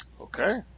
Okay